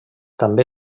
també